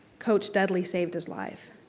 coach dudley saved his life.